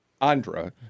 Andra